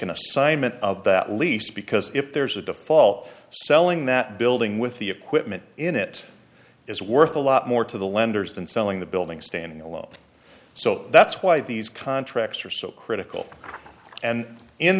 an assignment of that lease because if there's a default selling that building with the equipment in it is worth a lot more to the lenders than selling the building standing alone so that's why these contracts are so critical and in